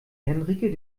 henrike